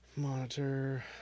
Monitor